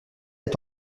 est